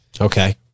Okay